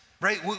right